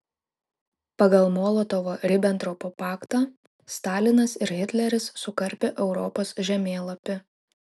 pagal molotovo ribentropo paktą stalinas ir hitleris sukarpė europos žemėlapį